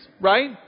right